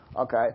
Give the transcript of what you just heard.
Okay